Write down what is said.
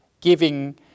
giving